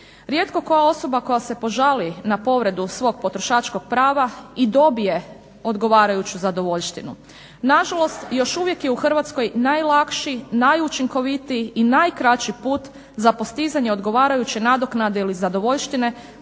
Rijetko koja osoba koja se požali na povredu svog potrošačkog prava i dobije odgovarajuću zadovoljštinu. Nažalost još uvijek je u Hrvatskoj najlakši, najučinkovitiji i najkraći put za postizanje odgovarajuće nadoknade ili zadovoljštine